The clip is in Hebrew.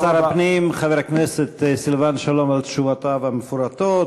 לשר הפנים חבר הכנסת סילבן שלום על תשובותיו המפורטות.